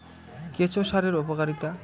কেঁচো সারের উপকারিতা?